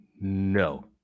No